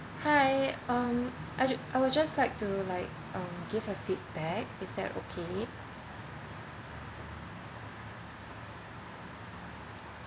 hi um I j~ I would just like to like um give a feedback is that okay